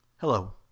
Hello